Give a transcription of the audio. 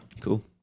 cool